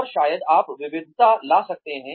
और शायद आप विविधता ला सकते हैं